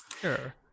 Sure